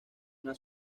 una